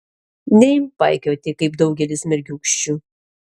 neimk paikioti kaip daugelis mergiūkščių